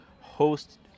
host